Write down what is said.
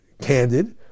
candid